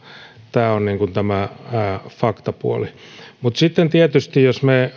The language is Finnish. tämä on tämä faktapuoli mutta sitten jos me